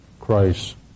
Christ